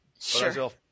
Sure